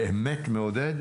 באמת מעודד,